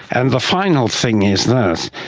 and the final thing is this,